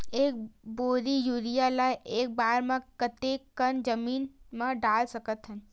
एक बोरी यूरिया ल एक बार म कते कन जमीन म डाल सकत हन?